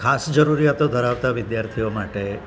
ખાસ જરૂરીયાતો ધરાવતા વિદ્યાર્થીઓ માટે